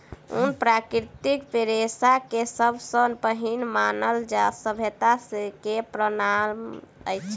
ऊन प्राकृतिक रेशा के सब सॅ पहिल मानव सभ्यता के प्रमाण अछि